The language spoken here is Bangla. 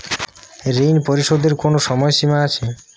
ঋণ পরিশোধের কোনো সময় সীমা আছে?